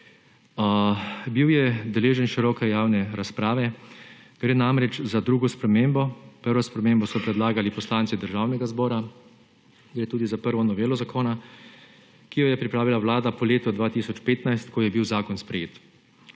je bil široke javne razprave, gre namreč za drugo spremembo, prvo spremembo so predlagali poslanci Državnega zbora, gre tudi za prvo novelo zakona, ki jo je pripravila Vlada po letu 2015, ko je bil zakon sprejet.